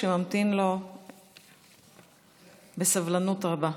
שממתין בסבלנות רבה,